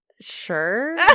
Sure